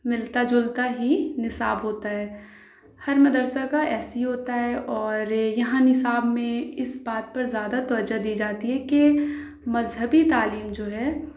ملتا جُلتا ہی نصاب ہوتا ہے ہر مدرسہ کا ایس سی ہوتا ہے اور یہاں نصاب میں اِس بات پر زیادہ توجہ دی جاتی ہے کہ مذہبی تعلیم جو ہے